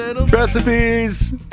recipes